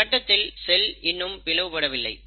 இந்த கட்டத்தில் செல் இன்னும் பிளவு படவில்லை